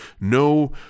no